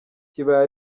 kibaye